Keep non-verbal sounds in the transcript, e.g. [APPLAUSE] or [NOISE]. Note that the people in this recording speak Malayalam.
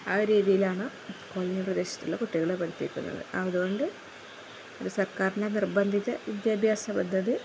ആ രീതിയിലാണ് [UNINTELLIGIBLE] പ്രദേശത്തുള്ള കുട്ടികളെ പഠിപ്പിക്കുന്നത് അതുകൊണ്ട് സർക്കാരിന്റെ നിർബന്ധിത വിദ്യാഭ്യാസപദ്ധതി